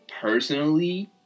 personally